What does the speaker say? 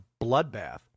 bloodbath